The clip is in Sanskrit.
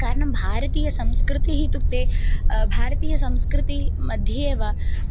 कारणं भारतीयसंस्कृतिः इत्युक्ते भारतीयसंस्कृतिमध्ये एव